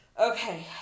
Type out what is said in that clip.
Okay